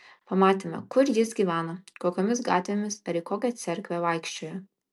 pamatėme kur jis gyveno kokiomis gatvėmis ar į kokią cerkvę vaikščiojo